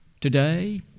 Today